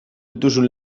dituzun